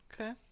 Okay